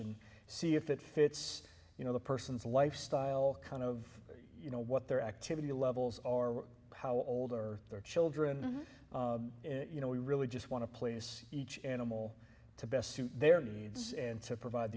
and see if it fits you know the person's lifestyle kind of you know what their activity levels are how old are their children you know we really just want to please each animal to best suit their needs and to provide